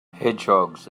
hedgehogs